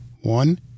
one